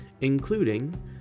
including